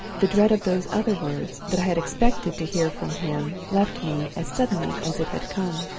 the dread of those other words that i had expected to hear from him left me as suddenly as it had come.